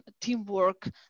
teamwork